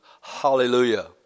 hallelujah